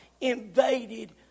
invaded